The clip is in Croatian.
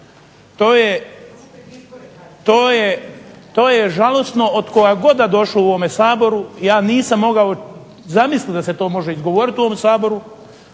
To je žalosno od koga god da došlo u ovom Saboru. Ja nisam mogao zamislit da se to može izgovorit u ovom Saboru.